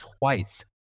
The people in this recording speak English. twice